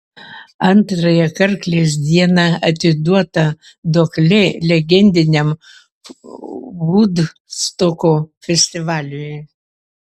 antrąją karklės dieną atiduota duoklė legendiniam vudstoko festivaliui